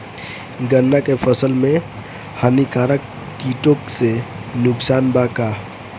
गन्ना के फसल मे हानिकारक किटो से नुकसान बा का?